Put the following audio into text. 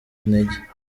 intege